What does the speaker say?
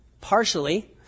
partially